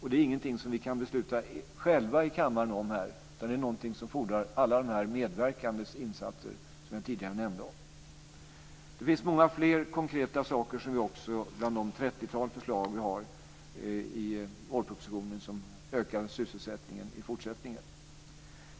Det är ingenting som vi kan fatta beslut om själva i kammaren, utan det är någonting som fordrar alla dessa medverkandes insatser som jag tidigare nämnde. Det finns många fler konkreta saker bland det trettiotal förslag som vi har i vårpropositionen som ökar sysselsättningen i fortsättningen.